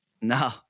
No